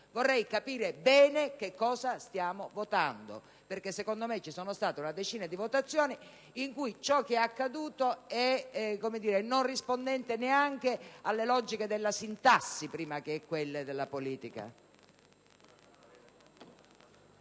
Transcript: vorrei capire bene cosa stiamo votando, perché a mio avviso vi sono state una decina di votazioni in cui ciò che è accaduto non è rispondente neanche alla logica della sintassi prima che a quelle della politica.